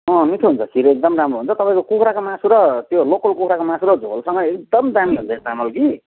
अँ मिठो हुन्छ खिर एकदम राम्रो हुन्छ तपाईँको कुखुराको मासु र त्यो लोकल कुखुराको मासु र झोलसँग एकदम दामी हुन्छ यो चामल कि